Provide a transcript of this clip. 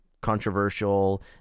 controversial